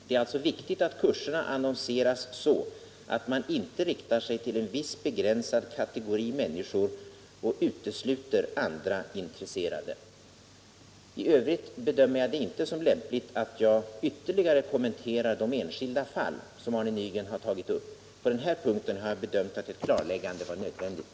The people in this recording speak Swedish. Det är alltså viktigt att kurserna annonseras så, att man inte riktar sig till en viss begränsad kategori människor och utesluter andra intresserade. I övrigt bedömer jag det inte som lämpligt att jag ytterligare kommenterar de enskilda fall som Arne Nygren har tagit upp. Men på den här punkten har jag bedömt det så att ett klarläggande var nödvändigt.